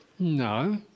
No